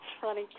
funny